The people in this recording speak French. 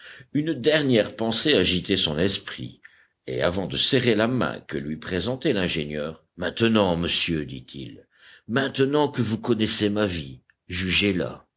une dernière pensée agitait son esprit et avant de serrer la main que lui présentait l'ingénieur maintenant monsieur dit-il maintenant que vous connaissez ma vie jugez la